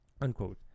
unquote